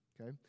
Okay